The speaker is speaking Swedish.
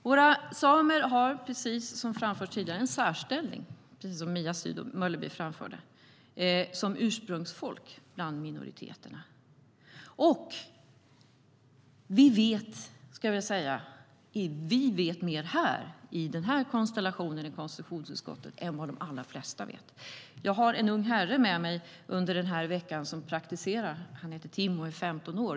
Våra samer har, precis som Mia Sydow Mölleby framförde tidigare, en särställning som ursprungsfolk bland minoriteterna. Vi vet mer i konstellationen i konstitutionsutskottet än vad de allra flesta vet. Jag har en ung herre med mig under den här veckan som praktiserar. Han heter Tim och är 15 år.